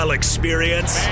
experience